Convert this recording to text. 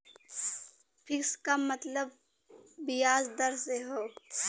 fix क मतलब बियाज दर से हौ